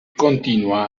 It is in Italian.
continua